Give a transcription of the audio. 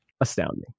astounding